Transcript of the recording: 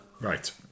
right